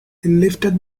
lifted